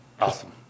Awesome